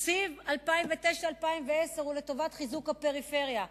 תקציב 2009 2010 הוא לטובת חיזוק הפריפריה,